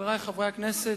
חברי חברי הכנסת,